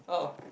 oh